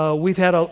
ah we've had ah